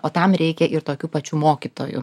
o tam reikia ir tokių pačių mokytojų